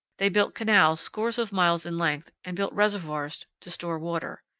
they built canals scores of miles in length and built reservoirs to store water.